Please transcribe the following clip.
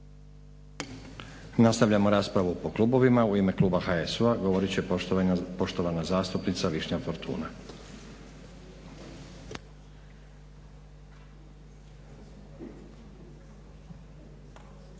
Nastavljamo raspravu po klubovima. U ime kluba HSU-a govorit će poštovana zastupnica Višnja Fortuna.